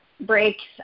breaks